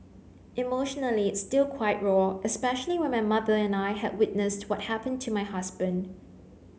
emotionally it's still quite raw especially when my mother and I had witnessed what happened to my husband